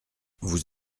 vous